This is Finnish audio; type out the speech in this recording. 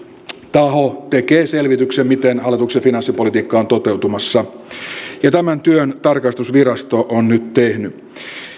taho tekee selvityksen miten hallituksen finanssipolitiikka on toteutumassa tämän työn tarkastusvirasto on nyt tehnyt